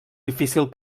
difícil